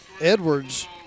Edwards